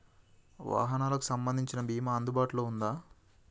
వాహనాలకు సంబంధించిన బీమా అందుబాటులో ఉందా?